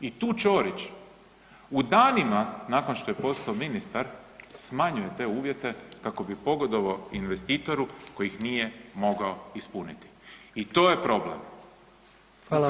I tu Ćorić u danima nakon što je postao ministar, smanjuje te uvjete kako bi pogodovao investitoru koji ih nije mogao ispuniti i to je problem [[Upadica: Hvala vam.]] upravo to.